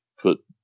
put